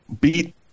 beat